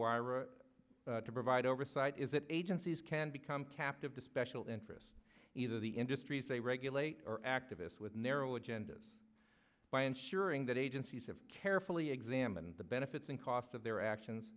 wire to provide oversight is that agencies can become captive to special interests either the industries they regulate or activists with narrow agendas by ensuring that agencies have carefully examined the benefits and costs of their actions